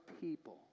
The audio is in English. people